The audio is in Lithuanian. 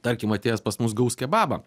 tarkim atėjęs pas mus gaus kebabą